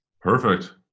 perfect